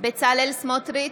בצלאל סמוטריץ'